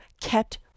kept